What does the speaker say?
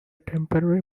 temporary